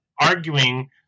arguing